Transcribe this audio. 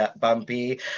bumpy